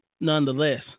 nonetheless